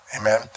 Amen